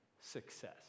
success